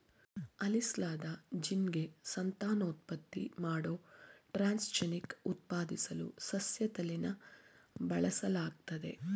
ಅಳಿಸ್ಲಾದ ಜೀನ್ಗೆ ಸಂತಾನೋತ್ಪತ್ತಿ ಮಾಡೋ ಟ್ರಾನ್ಸ್ಜೆನಿಕ್ ಉತ್ಪಾದಿಸಲು ಸಸ್ಯತಳಿನ ಬಳಸಲಾಗ್ತದೆ